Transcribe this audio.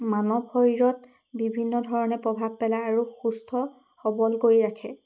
মানৱ শৰীৰত বিভিন্ন ধৰণে প্ৰভাৱ পেলায় আৰু সুস্থ সবল কৰি ৰাখে